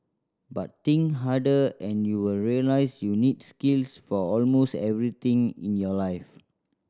but think harder and you will realise you need skills for almost everything in your life